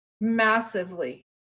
massively